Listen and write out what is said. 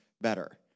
better